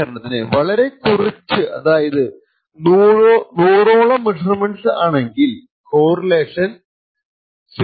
ഉദാഹരണത്തിന് വളരെ കുറച്ചു അതായത് 100 ഓളം മെഷർമെന്റ്സ് ആണെങ്കിൽ കോറിലേഷൻ 0